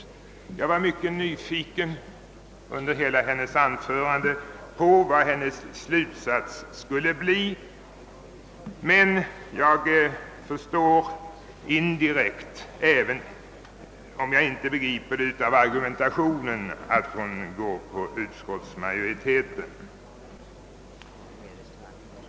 Jag var under hela hennes anförande mycket nyfiken på vad hennes slutsats skulle bli, men jag förstår indirekt, även om jag inte begriper hela argumentationen, att hon går på utskottsmajoritetens linje.